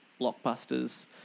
blockbusters